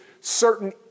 certain